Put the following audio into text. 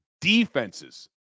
defenses